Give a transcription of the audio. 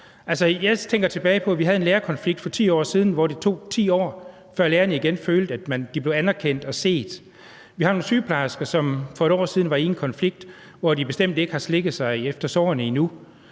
jeg tænker tilbage på, da vi havde en lærerkonflikt for 10 år siden. Der tog det 10 år, før lærerne igen følte, at de blev anerkendt og set. Vi har nogle sygeplejersker, som for et år siden var i en konflikt, og som bestemt ikke er færdige med at slikke sårene efter